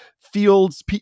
fields